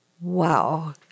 Wow